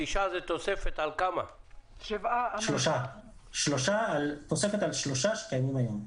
תוספת על שלושה שקיימים היום.